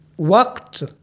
وقت